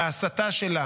בהסתה שלה,